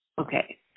Okay